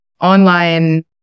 online